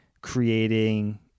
creating